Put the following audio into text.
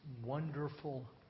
wonderful